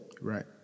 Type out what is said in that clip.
Right